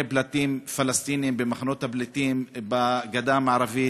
פליטים פלסטינים במחנות הפליטים בגדה המערבית,